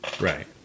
Right